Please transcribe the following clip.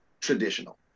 traditional